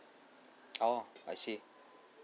oh I see